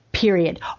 Period